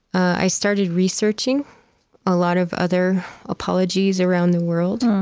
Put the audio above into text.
i started researching a lot of other apologies around the world,